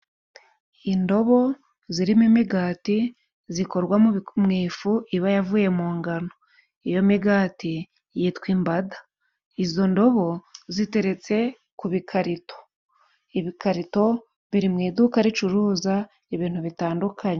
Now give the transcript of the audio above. Indobo zirimo imigati zikorwamo mu ifu iba yavuye mu ngano, iyo migati yitwa imbada, izo ndobo ziteretse ku bikarito, ibikarito biri mu iduka ricuruza ibintu bitandukanye.